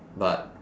but